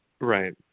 Right